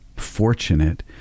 Fortunate